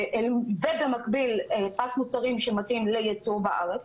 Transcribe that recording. ובמקביל פס מוצרים שמתאים לייצור בארץ,